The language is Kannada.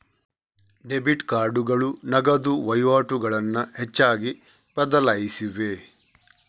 ಡೆಬಿಟ್ ಕಾರ್ಡುಗಳು ನಗದು ವಹಿವಾಟುಗಳನ್ನು ಹೆಚ್ಚಾಗಿ ಬದಲಾಯಿಸಿವೆ